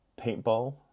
paintball